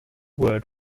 word